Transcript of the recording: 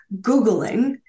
Googling